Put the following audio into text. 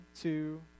two